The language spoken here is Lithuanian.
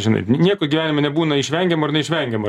žinai nieko gyvenime nebūna išvengiamo ar neišvengiamo